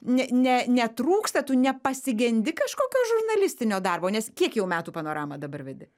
ne ne netrūksta tu nepasigendi kažkokios žurnalistinio darbo nes kiek jau metų panoramą dabar vedi